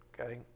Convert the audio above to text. okay